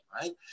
right